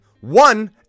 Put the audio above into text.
one